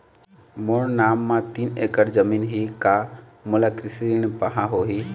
मोर नाम म तीन एकड़ जमीन ही का मोला कृषि ऋण पाहां होही?